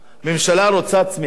הממשלה רוצה צמיחה?